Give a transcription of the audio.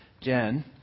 Jen